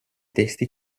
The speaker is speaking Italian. testi